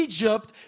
Egypt